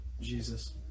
Jesus